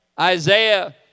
Isaiah